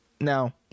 now